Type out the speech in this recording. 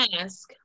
ask